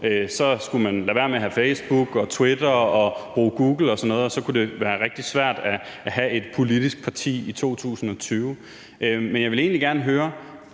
skulle man lade være med at bruge Facebook, Twitter og Google og sådan noget, og så kunne det være rigtig svært at have et politisk parti i 2020. Men jeg vil egentlig gerne høre: